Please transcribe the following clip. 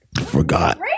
Forgot